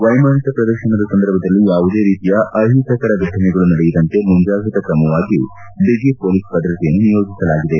ವೈಮಾನಿಕ ಪ್ರದರ್ಶನದ ಸಂದರ್ಭದಲ್ಲಿ ಯಾವುದೇ ರೀತಿಯ ಅಹಿತಕರ ಘಟನೆಗಳು ನಡೆಯದಂತೆ ಮುಂಜಾಗ್ರತಾ ಕ್ರಮವಾಗಿ ಬಿಗಿ ಪೊಲೀಸ್ ಭದ್ರತೆಯನ್ನು ನಿಯೋಜಿಸಲಾಗಿದೆ